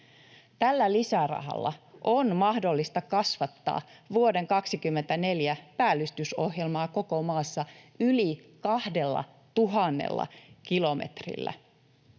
Tällä lisärahalla on mahdollista kasvattaa vuoden 24 päällystysohjelmaa koko maassa yli 2 000 kilometrillä.